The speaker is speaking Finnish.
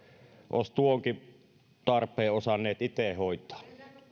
olisi tuonkin tarpeen osanneet itse hoitaa